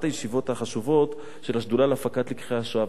הישיבות החשובות של השדולה להפקת לקחי השואה.